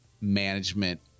management